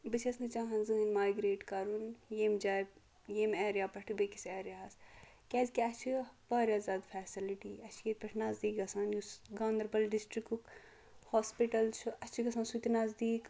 بہٕ چھَس نہٕ چاہان زہنۍ مایگریٹ کَرُن ییٚمہِ جایہِ ییٚمہِ ایریا پٮ۪ٹھٕ بیٚیہِ کِس ایریاہَس کیازِکہِ اَسہِ چھ واریاہ زیادٕ فیسَلٹی اَسہِ چھُ ییٚتہِ پٮ۪ٹھ نَزدیٖک گژھان یُس گاندربل ڈِسٹرکُک ہوسپِٹل چھُ اَسہِ چھُ گژھان سُہ تہِ نَزدیٖک